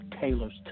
Taylor's